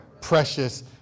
Precious